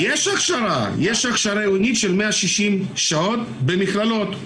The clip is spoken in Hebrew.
יש הכשרה עיונית של 160 שעות במכללות.